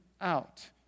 out